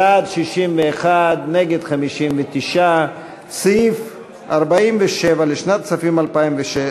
בעד, 61, נגד, 59. סעיף 47 לשנת הכספים 2015,